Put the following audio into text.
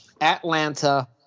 Atlanta